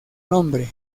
nombre